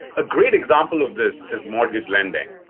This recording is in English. a great example of this is mortgage lending.